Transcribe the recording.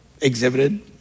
exhibited